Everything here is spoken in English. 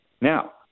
Now